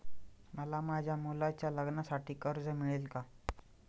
मला माझ्या मुलाच्या लग्नासाठी कर्ज मिळेल का?